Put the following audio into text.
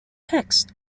texts